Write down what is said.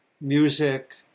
music